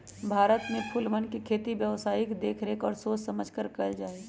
भारत में फूलवन के खेती व्यावसायिक देख कर और सोच समझकर कइल जाहई